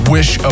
Wish